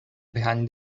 behind